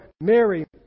Mary